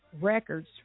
records